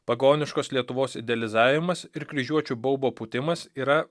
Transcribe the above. pagoniškos lietuvos idealizavimas ir kryžiuočių baubo pūtimas yra